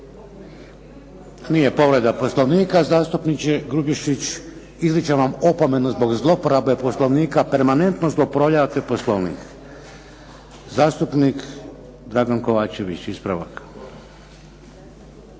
Nije povreda Poslovnika zastupniče Grubišić, izričem vam opomenu zbog zlouporabe Poslovnika permanentno zloupotrebljavate Poslovnik. Zastupnik Dragan Kovačević ispravak.